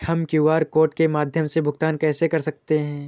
हम QR code के माध्यम से भुगतान कैसे कर सकते हैं?